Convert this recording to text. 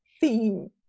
theme